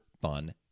fun